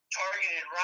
targeted